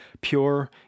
pure